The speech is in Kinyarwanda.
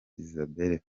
isabelle